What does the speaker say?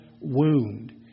wound